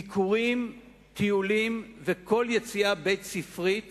ביקורים, טיולים וכל יציאה בית-ספרית